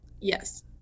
yes